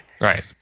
Right